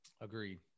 Agreed